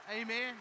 Amen